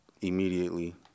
immediately